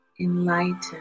Enlightened